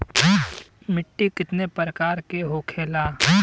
मिट्टी कितने प्रकार के होखेला?